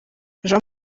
jean